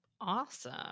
Awesome